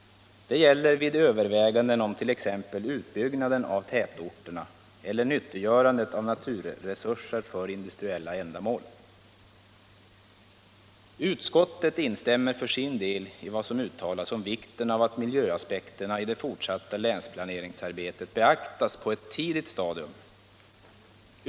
Det gäller vid överväganden om t.ex. utbyggnaden av tätorterna eller nyttiggörandet av naturresurser för industriella ändamål. Utskottet instämmer för sin del i vad som uttalas om vikten av att miljöaspekterna i det fortsatta länsplaneringsarbetet beaktas på ett tidigt stadium.